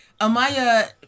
Amaya